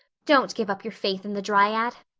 don't give up your faith in the dryad!